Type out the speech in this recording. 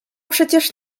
przecież